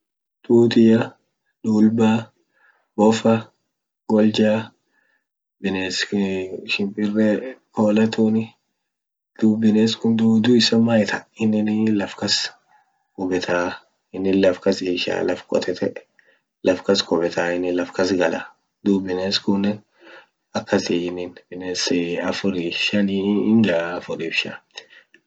Tuutia. dilbaa. bofaa. goljaa.bines shimpire duub bines kun tuutu isa man ita ininii laf kas qubetaa inin laf kas ishaa laf qotete laf kas qubetaa inin laf kas galaa duub bines kunen akasii inin. bines afuri Shani hingaa afurif Shan akasi.